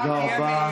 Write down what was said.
תודה רבה.